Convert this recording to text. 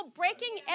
breaking